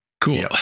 cool